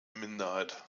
minderheit